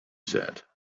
said